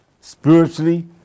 spiritually